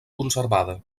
conservada